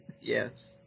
yes